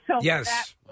Yes